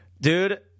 Dude